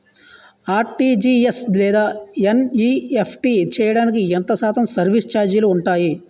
RTGS లేదా NEFT చేయడానికి ఎంత శాతం సర్విస్ ఛార్జీలు ఉంటాయి?